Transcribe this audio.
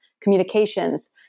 communications